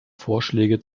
vorschläge